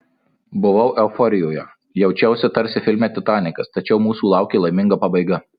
buvau euforijoje jaučiausi tarsi filme titanikas tačiau mūsų laukė laiminga pabaiga